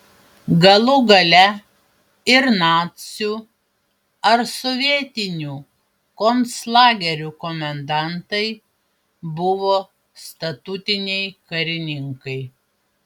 galų gale ir nacių ar sovietinių konclagerių komendantai buvo statutiniai karininkai